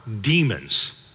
demons